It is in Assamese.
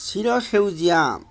চিৰ সেউজীয়া